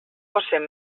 fóssem